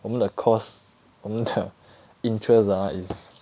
我们的 course 我们的 interest ah is